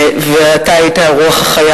ואתה היית הרוח החיה,